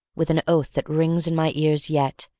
with an oath that rings in my ears yet,